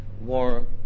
war